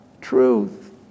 truth